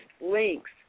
links